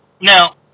Now